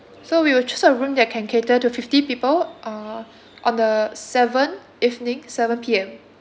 so we will choose a room that can cater to fifty people uh on the seven evening seven P_M